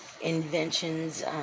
inventions